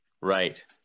Right